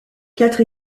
quatre